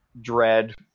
dread